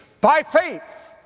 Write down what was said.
by faith,